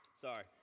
Sorry